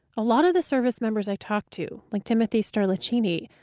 a lot of the service members i talked to, like timothy sterlachini,